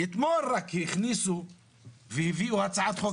אתמול רק הכניסו והביאו הצעת חוק